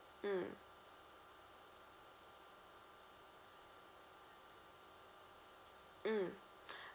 mm mm